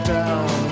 down